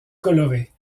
colorée